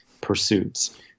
pursuits